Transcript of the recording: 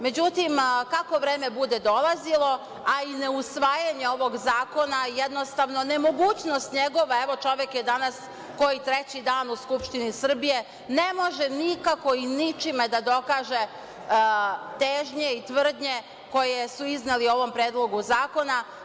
Međutim, kako vreme bude dolazilo, a i ne usvajanje ovog zakon jednostavno nemogućnost njegove, evo čovek je danas, koji treći dan u Skupštini Srbije, ne može nikako i ni čim da dokaže težnje i tvrdnje koje su izneli u ovom Predlogu zakona.